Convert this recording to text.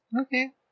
Okay